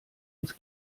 ins